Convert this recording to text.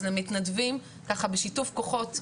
אז למתנדבים, ככה בשיתוף כוחות ממשלתי,